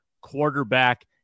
quarterback